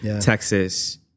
Texas